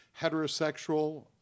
heterosexual